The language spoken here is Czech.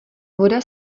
voda